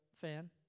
fan